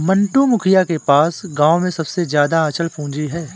मंटू, मुखिया के पास गांव में सबसे ज्यादा अचल पूंजी है